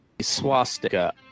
swastika